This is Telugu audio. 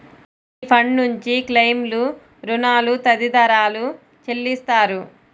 ఈ ఫండ్ నుంచి క్లెయిమ్లు, రుణాలు తదితరాలు చెల్లిస్తారు